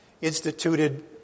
instituted